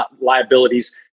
liabilities